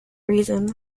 reason